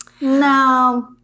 no